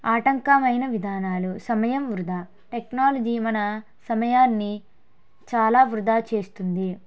ఆటంకమైన విధానాలు సమయం వృధా టెక్నాలజీ మన సమయాన్ని చాలా వృధా చేస్తుంది